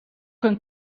een